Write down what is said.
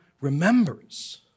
remembers